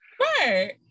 Right